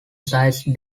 size